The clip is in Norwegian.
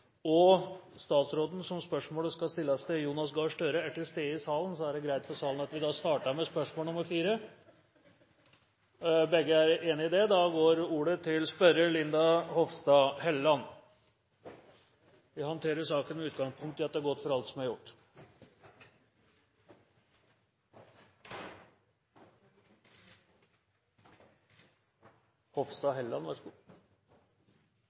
og statsråden som spørsmålet skal stilles til, Jonas Gahr Støre, er til stede i salen. Er det greit for salen at vi da starter med spørsmål nr. 4? Både spørrer og statsråd er enig i det. – Da går ordet til spørrer Linda C. Hofstad Helleland. Vi håndterer saken med utgangspunkt i at det er godt med alt som er gjort. «Bygningsmassen til psykiatrien i Sør-Trøndelag er så